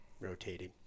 rotating